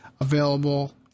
available